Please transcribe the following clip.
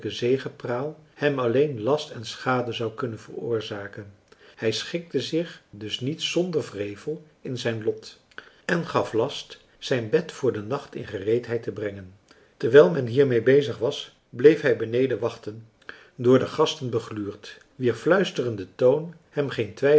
zegepraal hem alleen last en schade zou kunnen veroorzaken hij marcellus emants een drietal novellen schikte zich dus niet zonder wrevel in zijn lot en gaf last zijn bed voor den nacht in gereedheid te brengen terwijl men hiermede bezig was bleef hij beneden wachten door de gasten begluurd wier fluisterende toon hem geen